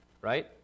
right